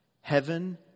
Heaven